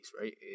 right